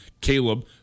caleb